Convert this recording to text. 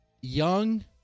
young